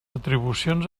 atribucions